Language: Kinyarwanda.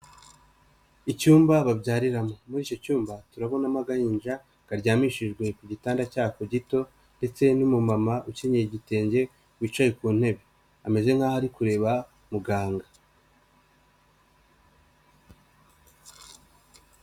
Icyumba babyariramo, muri icyo cyumba turabonamo agahinja karyamishijwe ku gitanda cyako gito ndetse n'umumama ukenye igitenge wicaye ku ntebe, ameze nkaho ari kureba muganga.